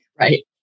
Right